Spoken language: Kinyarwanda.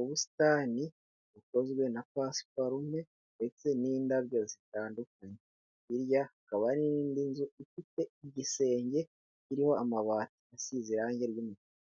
ubusitani bukozwe na pasiparume, ndetse n'indabyo zitandukanye, hirya hakaba hari n'indi nzu ifite igisenge iriho amabati asize irangi ry'umutuku.